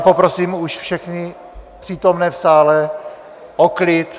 Poprosím už všechny přítomné v sále o klid.